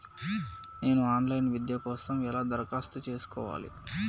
నేను online విద్య కోసం ఎలా దరఖాస్తు చేసుకోవాలి?